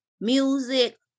music